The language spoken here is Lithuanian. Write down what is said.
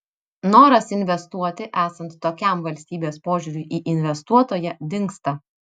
noras investuoti esant tokiam valstybės požiūriui į investuotoją dingsta